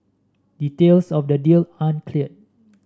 details of the deal aren't clear